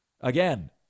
Again